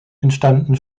entstammen